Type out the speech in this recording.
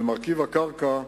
ומרכיב הקרקע,